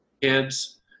kids